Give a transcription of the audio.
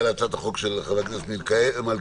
להצעת החוק של חבר הכנסת מלכיאלי.